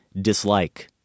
dislike